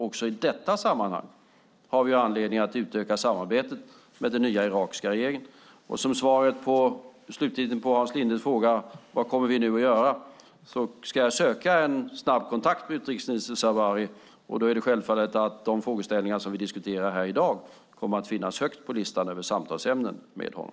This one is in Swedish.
Också i detta sammanhang har vi anledning att utöka samarbetet med den nya irakiska regeringen. Som svar, slutligen, på Hans Lindes fråga om vad vi nu kommer att göra: Jag ska söka en snabbkontakt med utrikesminister Zebari. Då är det självklart att de frågeställningar som vi diskuterar här i dag kommer att finnas högt på listan över samtalsämnen med honom.